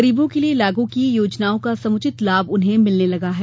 गरीबों के लिये लागू की योजनाओं का समुचित लाभ उन्हें मिलने लगा है